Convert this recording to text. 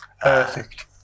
Perfect